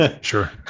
sure